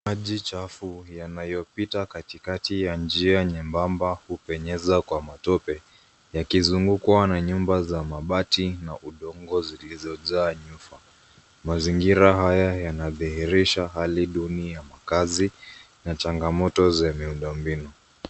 Maji chafu yanayo pita katikati ya njia nyembamba hupenyeza kwa matope yakizungukwa na nyumba za mabati na udongo zilizo jaa nyufa. Mazingira haya yanadhihirisha hali duni ya makazi na changamoto za miundo mbinu.